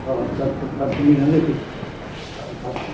ਹਾਂ ਤੱਤ ਤੱਤ ਨਹੀਂ ਰਹਿੰਦੇ ਫਿਰ ਖ ਖਤਮ